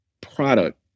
product